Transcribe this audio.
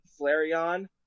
Flareon